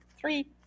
three